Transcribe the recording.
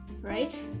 Right